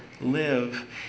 live